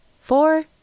four